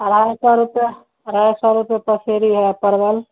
अढ़ाई सौ रुपये अढ़ाई सौ रुपये पसेरी है परवल